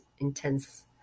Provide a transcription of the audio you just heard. intense